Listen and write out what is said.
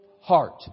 heart